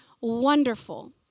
wonderful